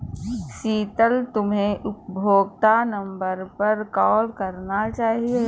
शीतल, तुम्हे उपभोक्ता नंबर पर कॉल करना चाहिए